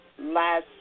last